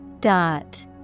Dot